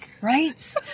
Right